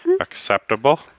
acceptable